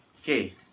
Okay